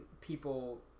people